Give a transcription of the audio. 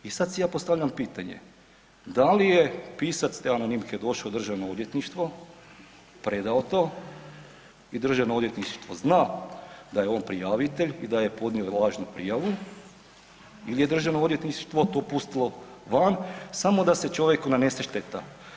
I sad si ja postavljam pitanje da li je pisac te anonimke došao u Državno odvjetništvo, predao to i Državno odvjetništvo zna da je on prijavitelj i da je podnio lažnu prijavu ili je Državno odvjetništvo to pustilo van samo da se čovjeku nanese šteta.